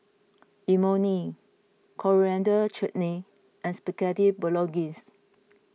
Imoni Coriander Chutney and Spaghetti Bolognese